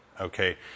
Okay